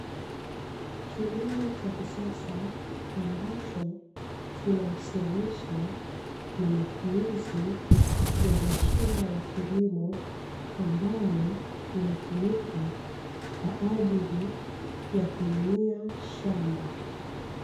Kilimo cha kisasa ambacho kinausianisha na matumizi ya mashine ya kilimo, ambayo inatumika kwaajili yakulimia shamba.